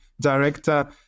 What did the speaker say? director